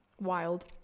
wild